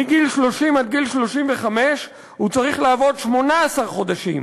מגיל 30 עד גיל 35 הוא צריך לעבוד 18 חודשים